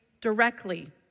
directly